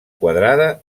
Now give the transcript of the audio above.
quadrada